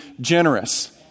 generous